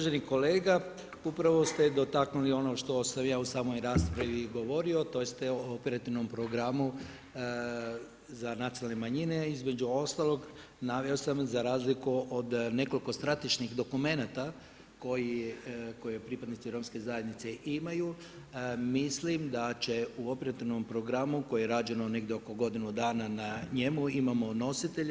Uvaženi kolega, upravo ste dotaknuli ono što sam ja u samoj raspravi govorio, tj. evo u operativnom programu, za nacionalne manjine, između ostalog, naveo sam za razliku od nekoliko strateških dokumenata, koji pripadnici romske zajednice imaju, mislim da će u operativnom programu, koji je rađen negdje oko godinu dana na njemu, imamo nositelje.